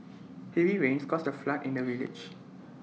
heavy rains caused A flood in the village